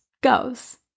goes